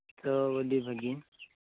ᱛᱚ ᱟᱰᱤ ᱵᱷᱟᱜᱮ